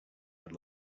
had